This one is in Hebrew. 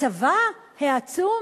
הצבא העצום,